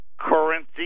currency